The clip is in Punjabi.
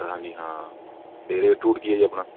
ਹਾਂਜੀ ਹਾਂ ਅਤੇ ਰੇਟ ਰੂਟ ਕੀ ਹੈ ਜੀ ਆਪਣਾ